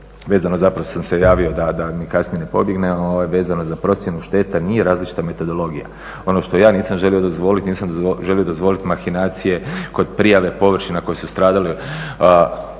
Vezano zapravo sam se javio da mi kasnije ne pobjegne, vezano za procjenu šteta, nije različita metodologija. Ono što ja nisam želio dozvoliti, nisam želio dozvoliti makinacije kod prijave površina koje su stradale